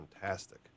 fantastic